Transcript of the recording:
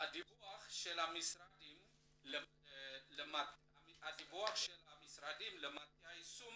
דיווח המשרדים למטה היישום